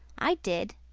i did.